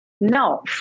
No